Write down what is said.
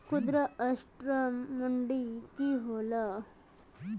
खुदरा असटर मंडी की होला?